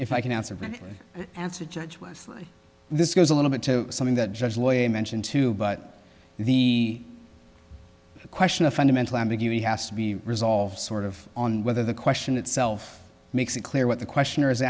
if i can answer that answer judge wesley this goes a little bit to something that judge lawyer mentioned too but the question of fundamental ambiguity has to be resolved sort of on whether the question itself makes it clear what the questioner is